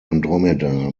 andromeda